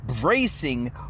bracing